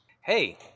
Hey